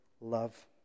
love